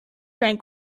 rank